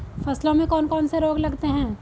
फसलों में कौन कौन से रोग लगते हैं?